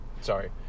Sorry